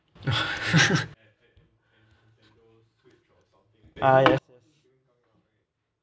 I